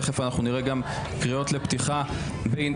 תכף אנחנו נראה גם קריאות לפתיחה באינתיפאדה.